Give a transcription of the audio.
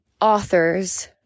authors